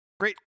Great